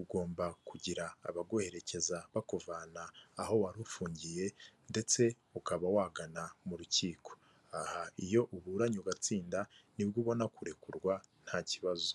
ugomba kugira abaguherekeza bakuvana aho wari ufungiye ndetse ukaba wagana mu rukiko, aha iyo uburanye ugatsinda ni bwo ubona kurekurwa ntakibazo.